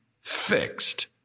fixed